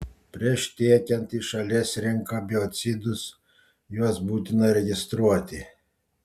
prieš tiekiant į šalies rinką biocidus juos būtina registruoti